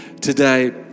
today